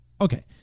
Okay